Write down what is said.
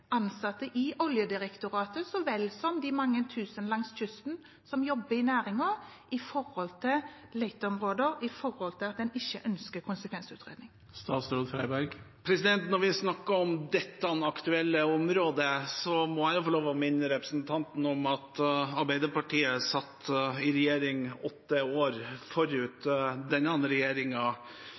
ansatte i Oljedirektoratet, så vel som til de mange tusen langs kysten som jobber i næringen, når det gjelder leteområder og at en ikke ønsker en konsekvensutredning? Når vi snakker om dette aktuelle området, må jeg få lov til å minne representanten Haukeland Liadal om at Arbeiderpartiet satt åtte år i regjering forut for denne